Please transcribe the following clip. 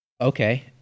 okay